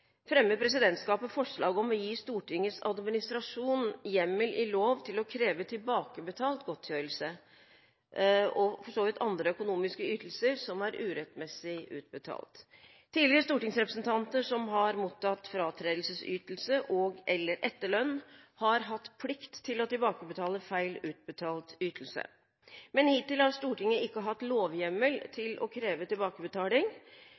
Presidentskapet fremmer forslag om å gi Stortingets administrasjon hjemmel i lov til å kreve tilbakebetalt godtgjørelse og for så vidt andre økonomiske ytelser som er urettmessig utbetalt. Tidligere stortingsrepresentanter som har mottatt fratredelsesytelse og/eller etterlønn, har hatt plikt til å tilbakebetale feil utbetalt ytelse. Men hittil har Stortinget ikke hatt lovhjemmel til å kreve tilbakebetaling.